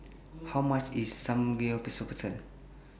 How much IS Samgeyopsal